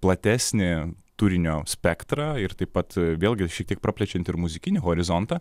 platesnį turinio spektrą ir taip pat vėlgi šiek tiek praplečiant ir muzikinį horizontą